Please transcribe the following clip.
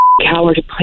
coward